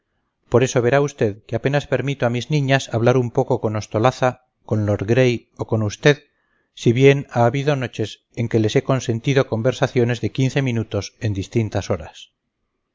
por eso verá usted que apenas permito a mis niñas hablar un poco con ostolaza con lord gray o con usted si bien ha habido noches en que les he consentido conversaciones de quince minutos en distintas horas